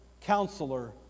Counselor